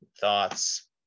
thoughts